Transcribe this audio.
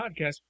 podcast